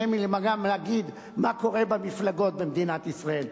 יהיה לי גם מה להגיד מה קורה במפלגות במדינת ישראל,